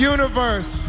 Universe